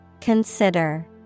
Consider